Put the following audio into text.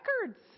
records